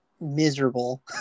miserable